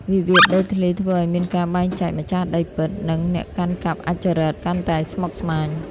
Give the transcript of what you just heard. វិវាទដីធ្លីធ្វើឱ្យមានការបែងចែក "ម្ចាស់ដីពិត" និង "អ្នកកាន់កាប់អសុទ្ធចិត្ត" កាន់តែស្មុគស្មាញ។